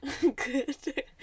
Good